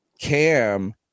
Cam